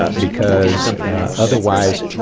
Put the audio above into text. but because otherwise,